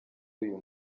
uyu